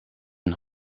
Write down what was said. een